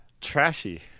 Trashy